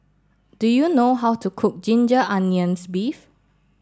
do you know how to cook Ginger Onions Beef